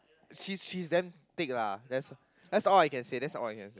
she's she's damn thick lah that's that's all I can say that's all I can say